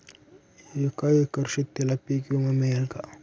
एका एकर शेतीला पीक विमा मिळेल का?